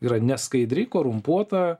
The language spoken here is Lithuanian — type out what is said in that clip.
yra neskaidri korumpuota